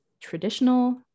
traditional